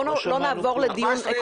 לא שמענו כלום.